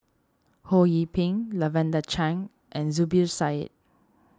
Ho Yee Ping Lavender Chang and Zubir Said